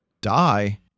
die